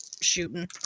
shooting